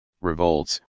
revolts